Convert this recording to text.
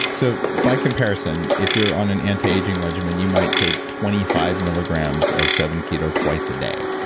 so by comparison, if you're on an antiaging regimen, you might take twenty five milligrams of seven keto twice a day.